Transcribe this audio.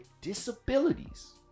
disabilities